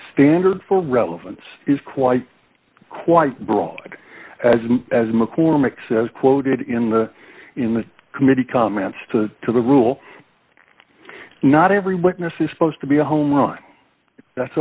standard for relevance is quite quite broad as as mccormick's as quoted in the in the committee comments to to the rule not every witness is supposed to be a homerun that's